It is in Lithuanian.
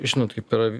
žinot kaip yra